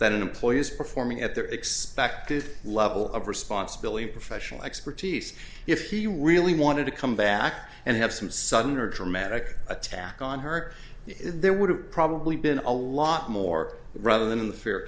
that an employee is performing at their expected level of responsibility in professional expertise if he really wanted to come back and have some sudden or dramatic attack on her there would have probably been a lot more rather than